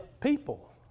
people